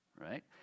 right